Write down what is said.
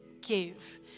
give